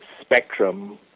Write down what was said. spectrum